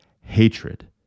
hatred